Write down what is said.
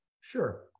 Sure